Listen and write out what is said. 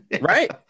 right